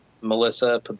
melissa